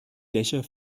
dächer